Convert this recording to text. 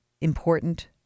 important